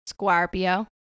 Squarpio